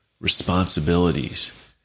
responsibilities